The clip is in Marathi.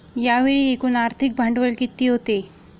यावेळी एकूण आर्थिक भांडवल किती होते?